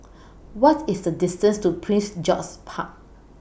What IS The distance to Prince George's Park